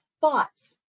thoughts